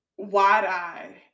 wide-eyed